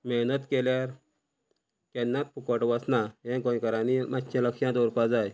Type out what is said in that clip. मेहनत केल्यार केन्नाच फुकट वचना हे गोंयकारांनी मात्शें लक्षांत दवरपा जाय